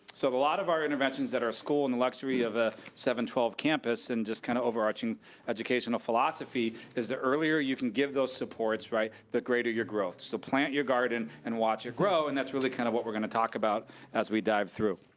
so a lot of our interventions at our school in and the luxury of a seven twelve campus and just kind of overarching educational philosophy is the earlier you can give those supports, right, the greater your growth. so plant your garden and watch it grow, and that's really kind of what we're gonna talk about as we dive through.